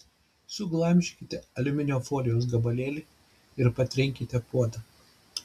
suglamžykite aliuminio folijos gabalėlį ir patrinkite puodą